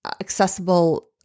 accessible